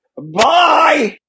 Bye